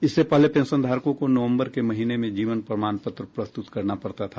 इससे पहले पेंशनधारकों को नवंबर के महीने में जीवन प्रमाण पत्र प्रस्तुत करना पडता था